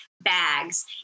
bags